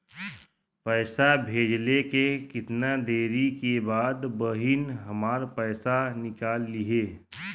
पैसा भेजले के कितना देरी के बाद बहिन हमार पैसा निकाल लिहे?